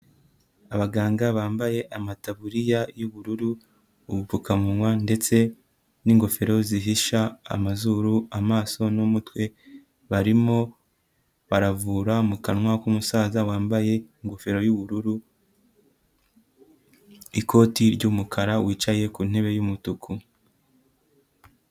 Abaganga bambaye amataburiya y'ubururu, ubupfukamunwa ndetse n'ingofero zihisha amazuru, amaso n'umutwe, barimo baravura mu kanwa k'umusaza wambaye ingofero y'ubururu n'ikoti ry'umukara, wicaye ku ntebe y'umutuku.